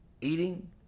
eating